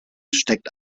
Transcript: steckt